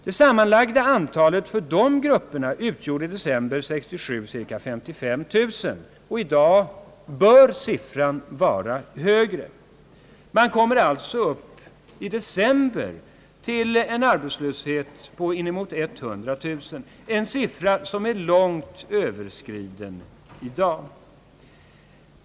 Det sammanlagda antalet för de grupperna utgjorde i december 1967 cirka 55 000; i dag bör siffran vara högre. Detta innebär en arbetslöshet i december på inemot 100 009. Den siffran är i dag långt överskriden.